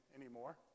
anymore